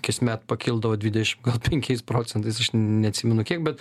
kasmet pakildavo dvidešim gal penkiais procentais aš neatsimenu kiek bet